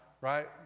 right